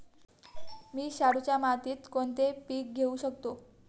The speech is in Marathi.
मी शाडूच्या मातीत कोणते पीक घेवू शकतो?